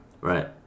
Right